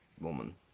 woman